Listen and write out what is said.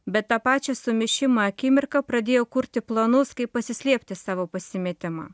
bet tą pačią sumišimo akimirką pradėjau kurti planus kaip pasislėpti savo pasimetimą